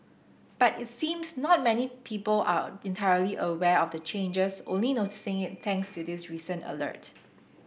but it seems not many people are a entirely aware of the changes only noticing it thanks to this recent alert